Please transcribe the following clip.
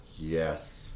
Yes